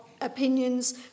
opinions